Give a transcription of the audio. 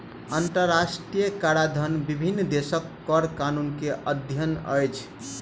अंतरराष्ट्रीय कराधन विभिन्न देशक कर कानून के अध्ययन अछि